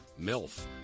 MILF